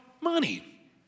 money